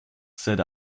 said